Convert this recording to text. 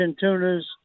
tunas